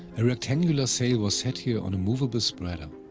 a rectangular sail was set here on a movable spreader.